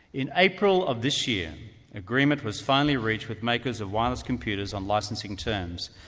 in april of this year agreement was finally reached with makers of wireless computers on licensing terms,